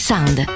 Sound